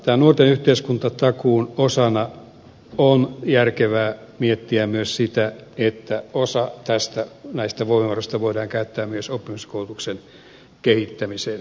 tämän nuorten yhteiskuntatakuun osana on järkevää miettiä myös sitä että osa näistä voimavaroista voidaan käyttää myös oppisopimuskoulutuksen kehittämiseen